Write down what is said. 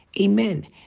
Amen